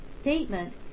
statement